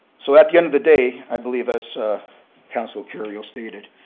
so at the end of the day, i believe as councilor kerrio stated,